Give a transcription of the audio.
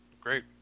Great